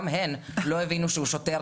גם הן לא הבינו שהוא שוטר,